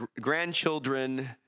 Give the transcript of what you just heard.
grandchildren